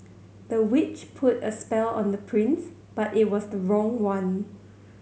the witch put a spell on the prince but it was the wrong one